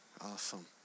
Awesome